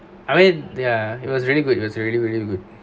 I mean ya it was really good it was really really good